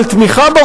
אבל תמיכה ברופאים,